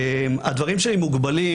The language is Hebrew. הדברים שלי מוגבלים,